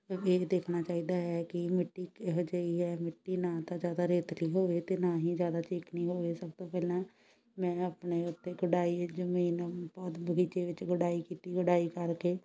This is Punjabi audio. ਇਹ ਦੇਖਣਾ ਚਾਹੀਦਾ ਹੈ ਕਿ ਮਿੱਟੀ ਕਿਹੋ ਜਿਹੀ ਹੈ ਮਿੱਟੀ ਨਾ ਤਾਂ ਜ਼ਿਆਦਾ ਰੇਤਲੀ ਹੋਵੇ ਅਤੇ ਨਾ ਹੀ ਜ਼ਿਆਦਾ ਚੀਕਨੀ ਹੋਵੇ ਸਭ ਤੋਂ ਪਹਿਲਾਂ ਮੈਂ ਆਪਣੇ ਉੱਤੇ ਗਡਾਈ ਜ਼ਮੀਨ ਬਹੁਤ ਬਗੀਚੇ ਵਿੱਚ ਗਡਾਈ ਕੀਤੀ ਗਡਾਈ ਕਰਕੇ